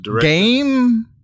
Game